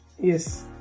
yes